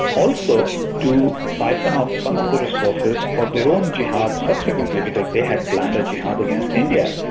also to siphon off some of the resources for their own jihad subsequently, because they had planned a jihad against india.